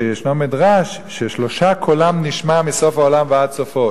שישנו מדרש ששלושה קולם נשמע מסוף העולם ועד סופו,